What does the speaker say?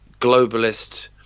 globalist